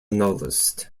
novelist